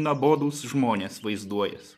nuobodūs žmonės vaizduojas